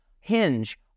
hinge